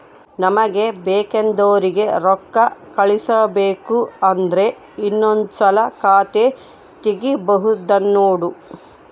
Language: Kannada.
ನಮಗೆ ಬೇಕೆಂದೋರಿಗೆ ರೋಕ್ಕಾ ಕಳಿಸಬೇಕು ಅಂದ್ರೆ ಇನ್ನೊಂದ್ಸಲ ಖಾತೆ ತಿಗಿಬಹ್ದ್ನೋಡು